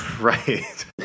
Right